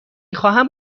خواهم